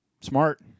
Smart